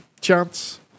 chance